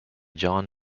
john